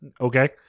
Okay